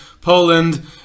Poland